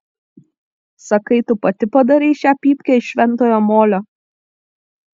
sakai tu pati padarei šią pypkę iš šventojo molio